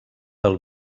del